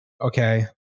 Okay